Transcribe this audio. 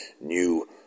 new